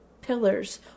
pillars